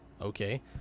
okay